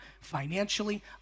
financially